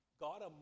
God